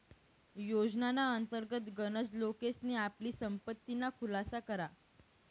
योजनाना अंतर्गत गनच लोकेसनी आपली संपत्तीना खुलासा करा